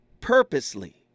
purposely